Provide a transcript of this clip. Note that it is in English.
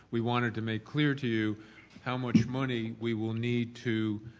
we wanted to make clear to you how much money we will need to